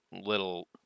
little